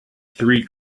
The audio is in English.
three